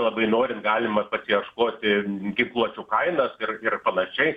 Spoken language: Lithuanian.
labai norint galima pasiieškoti ginkluočių kainas ir ir panašiai